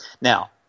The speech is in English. Now